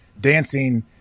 dancing